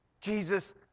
Jesus